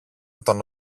τον